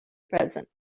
present